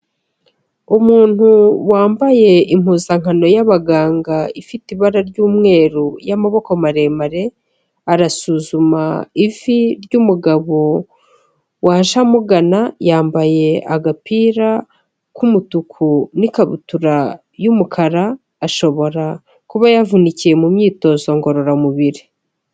Umuntu wambaye impuzankano y'abaganga ifite ibara ry'umweru y'amaboko maremare, arasuzuma ivi ry'umugabo waje amugana yambaye agapira k'umutuku n'ikabutura y'umukara, ashobora kuba yavunikiye mu myitozo ngororamubiri.